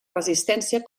resistència